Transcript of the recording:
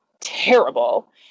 terrible